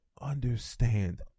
understand